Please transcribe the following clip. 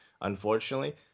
unfortunately